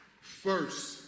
first